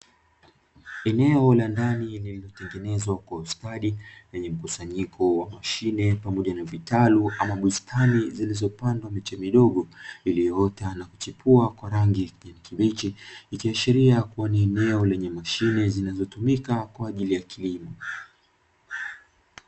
Eneo la ndani lililotengenezwa kwa ustadi, lenye mkusanyiko wa mashine pamoja na vitalu ama bustani zilizopandwa miche midogo iliyoota na kuchipua kwa rangi ya kijani kibichi, ikiashiria kuwa ni eneo lenye mashine zinazotumika kwa ajili ya kilimo.